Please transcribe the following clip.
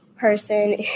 person